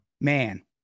man